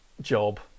job